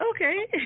Okay